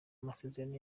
amasezerano